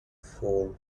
fall